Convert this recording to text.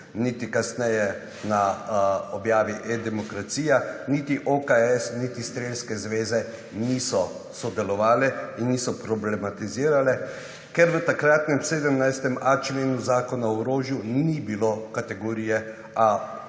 niti kasneje na objavi e-demokracija, niti OKS, niti strelske zveze niso sodelovale in niso problematizirale, ker v takratnem 17.a členu Zakona o orožju ni bilo kategorije